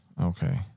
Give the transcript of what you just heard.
okay